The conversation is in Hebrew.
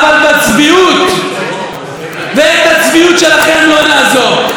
אבל בצביעות, ואת הצביעות שלכם לא נעזוב.